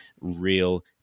real